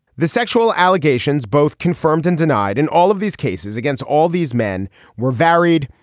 the sexual allegations both confirmed and denied and all of these cases against all these men were varied.